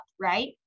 Right